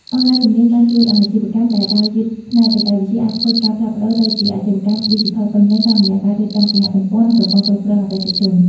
អង្គការជំនាញបានជួយឱ្យអាជីវកម្មដែលដើរយឺតផ្នែកបច្ចេកវិទ្យា អាចធ្វើការផ្លាស់ប្តូរទៅជាអាជីវកម្មឌីជីថលពេញលេញ តាមរយៈការរៀបចំគេហទំព័រ និងប្រព័ន្ធគ្រប់គ្រងអតិថិជន ។